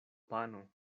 pano